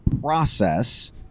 process